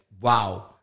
wow